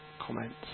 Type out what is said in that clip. comments